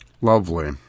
Lovely